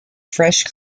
fresh